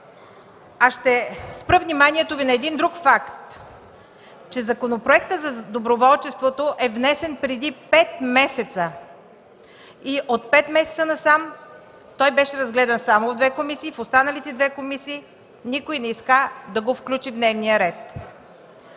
а ще спра вниманието Ви на един друг факт – че Законопроектът за доброволчеството е внесен преди пет месеца и от пет месеца насам той беше разгледан само в две комисии. В останалите две комисии никой не пожела да го включи в дневния ред.